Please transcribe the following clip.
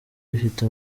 bafite